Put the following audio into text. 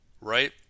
right